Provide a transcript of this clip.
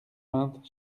vingt